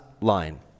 line